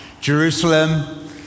Jerusalem